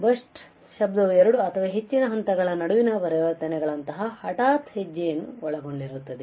burst ಶಬ್ದವು ಎರಡು ಅಥವಾ ಹೆಚ್ಚಿನ ಹಂತಗಳ ನಡುವಿನ ಪರಿವರ್ತನೆಗಳಂತಹ ಹಠಾತ್ ಹೆಜ್ಜೆಯನ್ನು ಒಳಗೊಂಡಿರುತ್ತದೆ